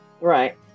Right